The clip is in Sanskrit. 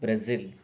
ब्राझिल्